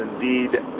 indeed